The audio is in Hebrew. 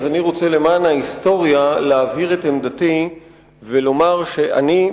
אני רוצה למען ההיסטוריה להבהיר את עמדתי ולומר שאני,